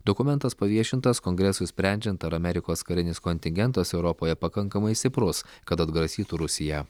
dokumentas paviešintas kongresui sprendžiant ar amerikos karinis kontingentas europoje pakankamai stiprus kad atgrasytų rusiją